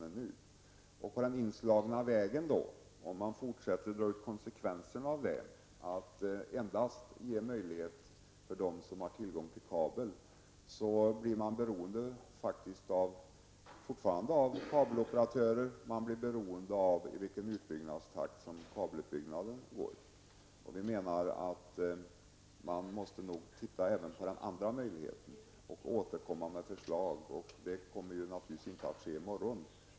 Men hur blir det då med den inslagna vägen, och hur blir det om man fortsätter att se till konsekvenserna -- när det gäller att ge endast dem möjligheter som har tillgång till kabel? Men då kommer man faktiskt även i fortsättningen att vara beroende av kabeloperatörer och av den takt i vilken kabelutbyggnaden sker. Vi menar att man nog måste titta även på den andra möjlighet som nämns och att återkomma med förslag. Naturligtvis kan det inte ske i morgon.